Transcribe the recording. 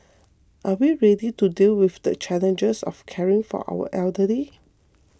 are we ready to deal with the challenges of caring for our elderly